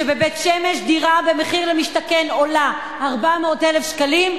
שבבית-שמש דירה במחיר למשתכן עולה 400,000 שקלים,